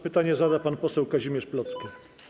Pytanie zada pan poseł Kazimierz Plocke.